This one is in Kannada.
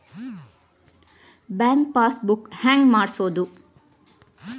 ಬ್ಯಾಂಕ್ ಪಾಸ್ ಬುಕ್ ಹೆಂಗ್ ಮಾಡ್ಸೋದು?